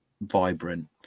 vibrant